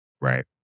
Right